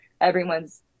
everyone's